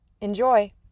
Enjoy